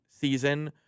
season